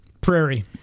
Prairie